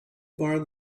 bar